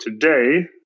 today